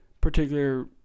particular